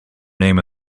name